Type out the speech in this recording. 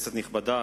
כנסת נכבדה,